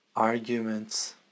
arguments